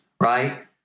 right